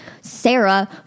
Sarah